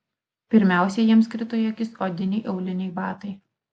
pirmiausia jiems krito į akis odiniai auliniai batai